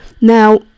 Now